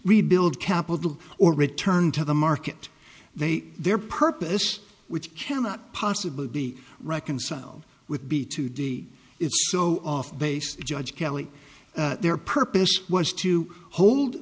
rebuild capital or return to the market they their purpose which cannot possible be reconciled with b two d is so off base judge kelly their purpose was to hold